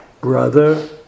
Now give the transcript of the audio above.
brother